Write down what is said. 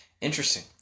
Interesting